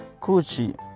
Kuchi